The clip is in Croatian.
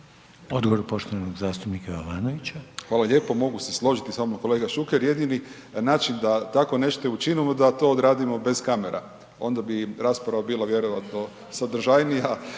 Odgovor poštovanog zastupnika Jovanovića. **Jovanović, Željko (SDP)** Hvala lijepo, mogu se složiti s vama kolega Šuker, jedini način da tako nešto i učinimo da to odradimo bez kamera, onda bi rasprava bila vjerojatno sadržajnija,